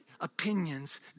opinions